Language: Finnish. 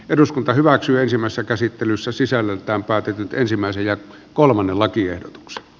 eduskunta hyväksyy ensimmäistä käsittelyssä sisällöltään päätetyn ensimmäisen ja kolmannen lakiehdotuksen